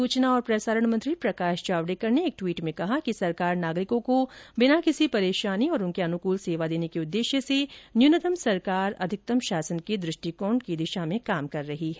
सूचना और प्रसारण मंत्री प्रकाश जावड़ेकर ने एक ट्वीट में कहा कि सरकार नागरिकों को बिना किसी परेशानी और उनके अनुकूल सेवा देने के उद्देश्य से न्यूनतम सरकार अधिकतम शासन के दृष्टिकोण की दिशा में काम कर रही है